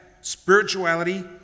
spirituality